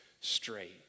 straight